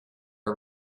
are